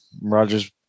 Rogers